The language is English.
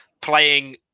playing